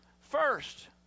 first